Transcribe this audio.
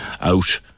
out